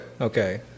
Okay